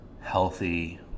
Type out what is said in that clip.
healthy